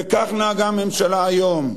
וכך נהגה הממשלה היום,